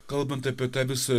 kalbant apie tą visą